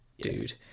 dude